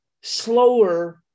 slower